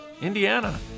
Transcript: Indiana